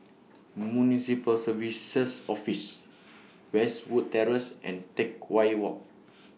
Municipal Services Office Westwood Terrace and Teck Whye Walk